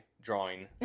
drawing